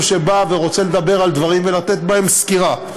שבא ורוצה לדבר על דברים ולתת בהם סקירה,